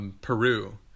Peru